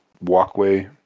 walkway